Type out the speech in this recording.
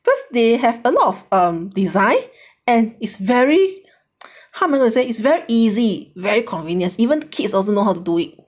cause they have a lot of um design and is very how to say is very easy very convenience even kids also know how to do it